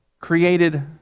created